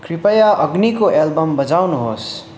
कृपया अग्निको एल्बम बजाउनुहोस्